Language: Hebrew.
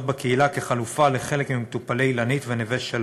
בקהילה כחלופה לחלק ממטופלי "אילנית" ו"נווה שלווה".